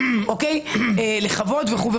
לחברות וכו'.